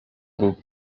był